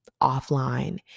offline